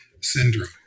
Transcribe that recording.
syndrome